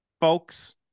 folks